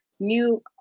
new